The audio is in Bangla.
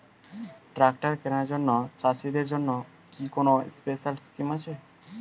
ট্রাক্টর কেনার জন্য চাষিদের জন্য কি কোনো স্পেশাল স্কিম আছে?